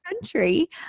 country